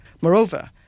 Moreover